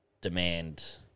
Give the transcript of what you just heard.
demand